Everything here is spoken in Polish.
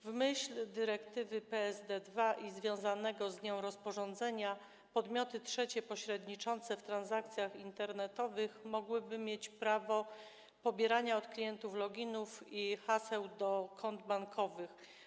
W myśl dyrektywy PSD 2 i związanego z nią rozporządzenia podmioty trzecie pośredniczące w transakcjach internetowych mogłyby mieć prawo pobierania od klientów loginów i haseł do kont bankowych.